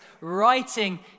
writing